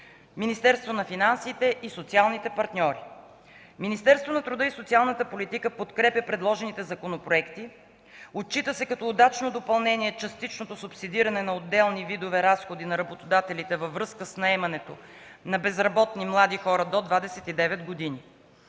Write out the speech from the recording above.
Министерството на финансите и социалните партньори. Министерството на труда и социалната политика подкрепя предложените законопроекти. Отчита се като удачно допълнение частичното субсидиране на отделни видове разходи на работодателите във връзка с наемането на безработни млади хора до 29 години.